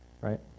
right